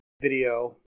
video